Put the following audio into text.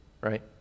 right